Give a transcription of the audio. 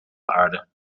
aarde